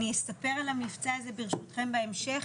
אני אספר על המבצע ברשותכם בהמשך,